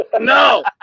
No